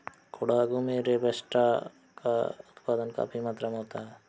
कोडागू में रोबस्टा का उत्पादन काफी मात्रा में होता है